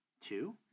two